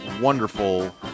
wonderful